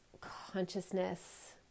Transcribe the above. consciousness